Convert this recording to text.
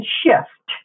shift